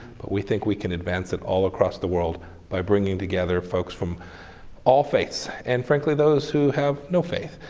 but we think we can advance it all across the world by bringing together folks from all faiths. and, frankly, those who have no faith,